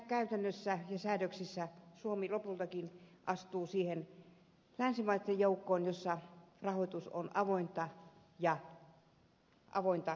vaalirahakäytännössä ja säädöksissä suomi lopultakin astuu niitten länsimaitten joukkoon jossa rahoitus on avointa ja rehellistä